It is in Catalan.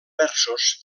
versos